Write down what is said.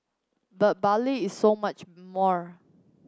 but Bali is so much more